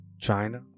China